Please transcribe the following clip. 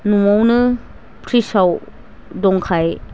न'आवनो फ्रिजआव दङखाय